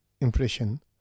impression